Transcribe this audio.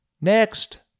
Next